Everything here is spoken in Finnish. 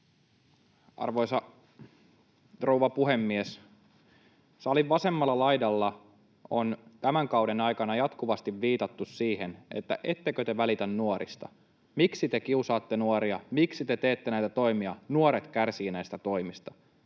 Arvoisa rouva puhemies! Salin vasemmalla laidalla on tämän kauden aikana jatkuvasti viitattu siihen, että ettekö te välitä nuorista, miksi te kiusaatte nuoria, miksi te teette näitä toimia, nuoret kärsivät näistä toimista.